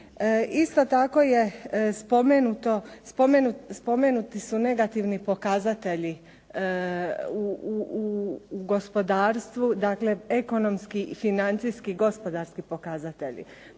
Isto tako su spomenuti negativni pokazatelji u gospodarstvu, dakle ekonomski, financijski, gospodarski pokazatelji.